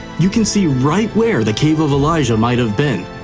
you can see right where the cave of elijah might have been.